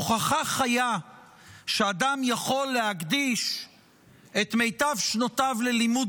הוכחה חיה שאדם יכול להקדיש את מיטב שנותיו ללימוד